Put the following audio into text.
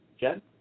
Jen